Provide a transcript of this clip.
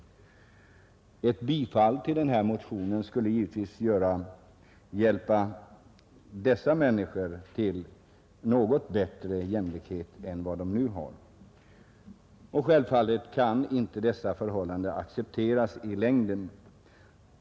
Ett bifall till motionen skulle givetvis hjälpa de människor som det här gäller till något större jämlikhet än nu. Självfallet kan inte dessa förhållanden accepteras i längden.